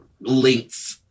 links